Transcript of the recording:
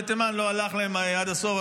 בתימן לא הלך להם עד הסוף,